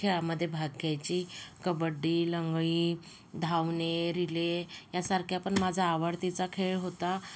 खेळामध्ये भाग घ्यायची कबड्डी लंगडी धावणे रिले यासारख्या पण माझा आवडतीचा खेळ होता